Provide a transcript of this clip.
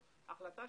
בחשבון.